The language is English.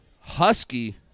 Husky